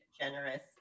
generous